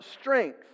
strength